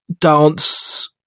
dance